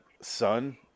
son